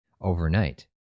overnight